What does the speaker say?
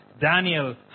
Daniel